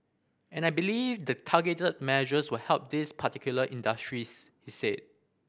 and I believe the targeted measures will help these particular industries said